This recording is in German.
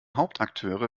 hauptakteure